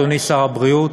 אדוני שר הבריאות,